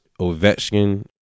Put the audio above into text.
Ovechkin